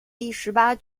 第十八